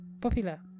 Popular